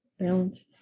balance